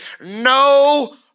no